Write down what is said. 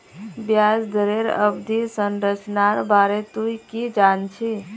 ब्याज दरेर अवधि संरचनार बारे तुइ की जान छि